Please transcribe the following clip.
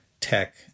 tech